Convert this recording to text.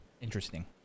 Interesting